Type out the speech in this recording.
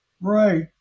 Right